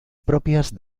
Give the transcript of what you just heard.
propias